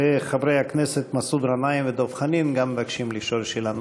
וחברי הכנסת מסעוד גנאים ודב חנין גם הם מבקשים לשאול שאלה נוספת.